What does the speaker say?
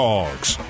Dogs